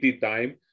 time